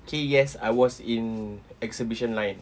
K yes I was in exhibition line